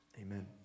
amen